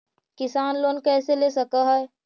किसान लोन कैसे ले सक है?